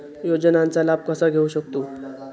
योजनांचा लाभ कसा घेऊ शकतू?